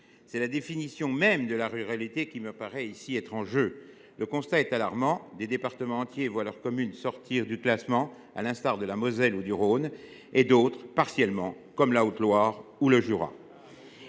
C’est la définition même de la ruralité qui me paraît ici être en jeu. Le constat est alarmant. Des départements entiers voient leurs communes sortir du classement, à l’instar de la Moselle ou du Rhône, et d’autres, partiellement, comme la Haute Loire ou le Jura.